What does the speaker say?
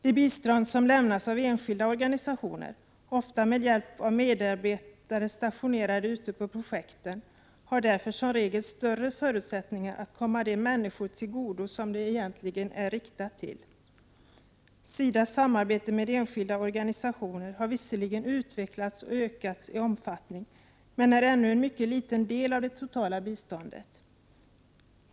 Det bistånd som lämnas av enskilda organisationer, ofta med hjälp av medarbetare stationerade ute på projekten, har därför som regel större förutsättningar att komma de människor till godo som det egentligen är riktat till. SIDA:s samarbete med enskilda organisationer har visserligen utvecklats och ökat i omfattning men är ännu en mycket liten del av det totala biståndet.